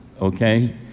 Okay